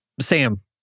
Sam